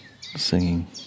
singing